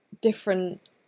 different